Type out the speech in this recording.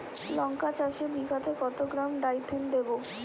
লঙ্কা চাষে বিঘাতে কত গ্রাম ডাইথেন দেবো?